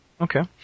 Okay